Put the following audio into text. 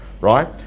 Right